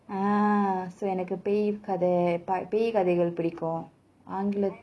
ah so எனக்கு பேய் கத பேய் கதைகள் பிடிக்கும்:enaku pei katha pei kathaigal pidikum